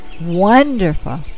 wonderful